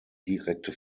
direkte